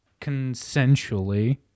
consensually